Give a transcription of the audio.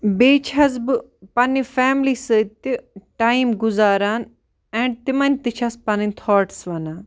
بیٚیہِ چھَس بہٕ پنٛنہِ فیملی سۭتۍ تہِ ٹایِم گُزاران اینٛڈ تِمَن تہِ چھَس پَنٛنٕۍ تھاٹٕس وَنان